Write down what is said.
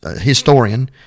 historian